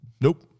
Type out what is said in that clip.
nope